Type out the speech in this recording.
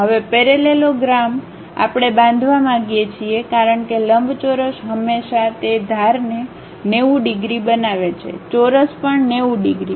હવે પેરેલલોગ્રામ આપણે બાંધવા માંગીએ છીએ કારણ કે લંબચોરસ હંમેશાં તે ધારને 90 ડિગ્રી બનાવે છે ચોરસ પણ 90 ડિગ્રી